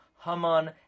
Haman